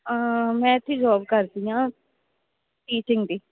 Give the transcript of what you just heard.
ਮੈਂ ਇੱਥੇ ਜੌਬ ਕਰਦੀ ਹਾਂ ਟੀਚਿੰਗ ਦੀ